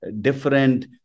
different